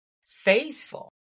faithful